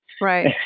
Right